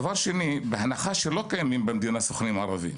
דבר שני, בהנחה שלא קיימים במדינה סוכנים ערבים